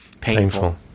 painful